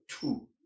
two